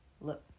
look